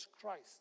Christ